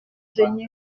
venu